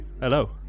Hello